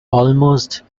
almost